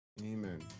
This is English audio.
Amen